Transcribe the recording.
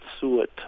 suet